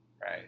right